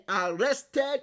arrested